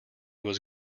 was